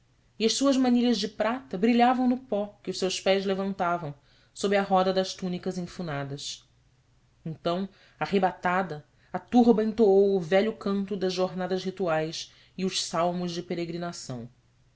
e as suas manilhas de prata brilhavam no pó que os seus pés levantavam sob a roda das túnicas enfunadas então arrebatada a turba entoou o velho canto das jornadas rituais e os salmos de peregrinação